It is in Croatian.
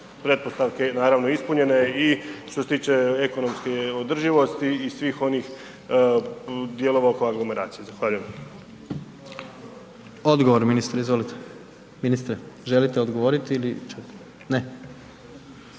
pretpostavke naravno ispunjene i što se tiče ekonomske održivosti i svih onih dijelova oko aglomeracije. Zahvaljujem. **Jandroković, Gordan (HDZ)** Odgovor ministre, izvolite. Ministre, želite li odgovoriti ili? Ne.